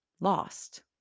lost